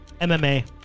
MMA